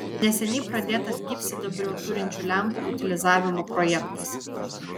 neseniai pradėtas gyvsidabrio turinčių lempų utilizavimo projektas